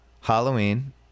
Halloween